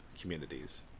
communities